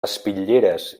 espitlleres